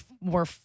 more